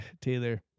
Taylor